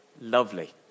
lovely